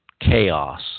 chaos